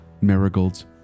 marigolds